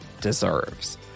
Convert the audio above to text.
deserves